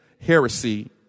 heresy